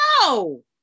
No